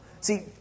See